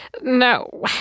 No